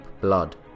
blood